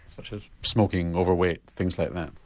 such as smoking, overweight, things like that?